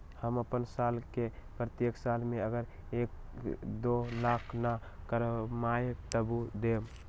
हम अपन साल के प्रत्येक साल मे अगर एक, दो लाख न कमाये तवु देम?